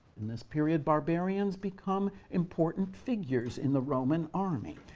in this period, barbarians become important figures in the roman army.